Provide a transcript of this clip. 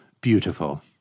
beautiful